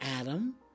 Adam